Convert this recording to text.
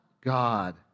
God